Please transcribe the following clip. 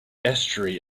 estuary